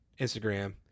Instagram